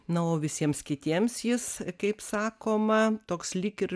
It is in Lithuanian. na o visiems kitiems jis kaip sakoma toks lyg ir